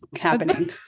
happening